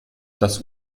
das